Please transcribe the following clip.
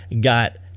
got